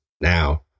now